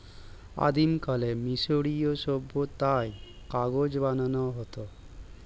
আদিমকালে মিশরীয় সভ্যতায় কাগজ বানানো হতো